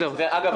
אגב,